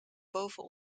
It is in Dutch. boven